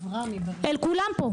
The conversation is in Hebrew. אל כולם פה,